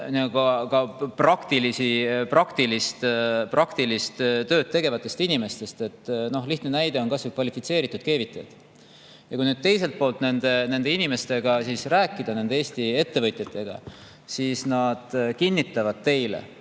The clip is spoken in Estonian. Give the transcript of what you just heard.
praktilist tööd tegevatest inimestest. Lihtne näide on kasvõi kvalifitseeritud keevitajad. Kui nüüd nende inimestega rääkida, Eesti ettevõtjatega, siis nad kinnitavad teile,